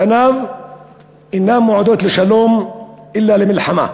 פניו אינם מועדות לשלום אלא למלחמה.